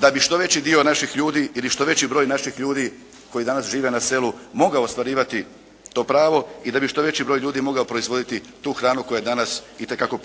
da bi što veći dio naših ljudi ili što veći broj naših ljudi koji danas žive na selu mogao ostvarivati to pravo i da bi što veći broj ljudi mogao proizvoditi tu hranu koja je danas itekako